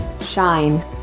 shine